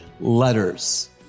letters